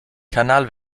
kanal